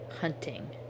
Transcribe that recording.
hunting